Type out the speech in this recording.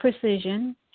precision